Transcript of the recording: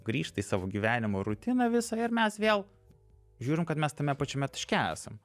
grįžta į savo gyvenimo rutiną visą ir mes vėl žiūrim kad mes tame pačiame taške esam